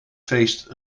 feest